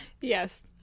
Yes